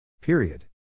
Period